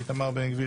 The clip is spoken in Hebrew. איתמר בן גביר,